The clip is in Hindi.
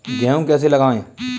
गेहूँ कैसे लगाएँ?